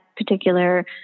particular